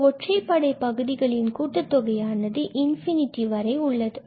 இந்த ஒற்றைப்படை பகுதிகளின் கூட்டு தொகையானது இன்பினிட்டி இதுவரை உள்ளது